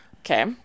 Okay